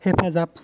हेफाजाब